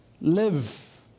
live